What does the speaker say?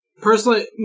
Personally